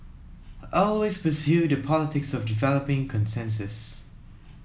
always pursue the politics of developing consensus